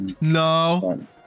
No